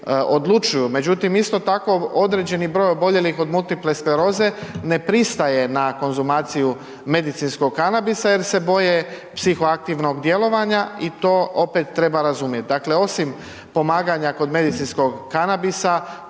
odlučuju. Međutim, isto tako određeni broj oboljelih od multiple skleroze ne pristaje na konzumaciju medicinskog kanabisa jer se boje psihoaktivnog djelovanja i to opet treba razumijet. Dakle, osim pomaganja kod medicinskog kanabisa,